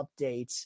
updates